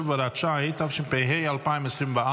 67 והוראת שעה), התשפ"ה 2024,